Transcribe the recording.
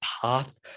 path